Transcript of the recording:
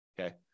okay